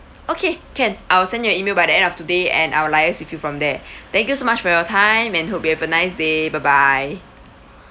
okay can I will send you an email by the end of today and I will liaise with you from there thank you so much for your time and hope you have a nice day bye bye